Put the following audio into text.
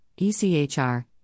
ECHR